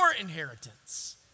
inheritance